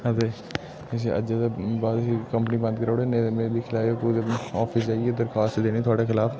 ऐ ते इसी अज्जै दे बाद कम्पनी बंद कराई ओड़ो नेईं ते में दिक्खी लैओ ओफिस जाइयै दरखास्त देनी थुआढ़े खलाफ